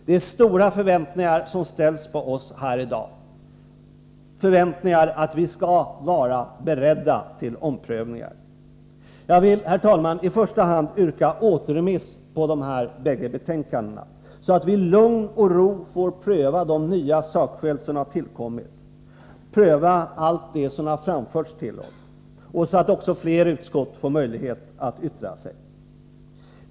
Det är stora förväntningar som ställs på oss här i dag, förväntningar att vi skall vara beredda till omprövningar. Herr talman! Jag vill i första hand yrka på återremiss av dessa båda betänkanden, så att vi i lugn och ro får pröva de nya sakskäl som tillkommit, pröva allt det som framförts till oss, och så att fler utskott får möjlighet att yttra sig.